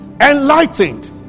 enlightened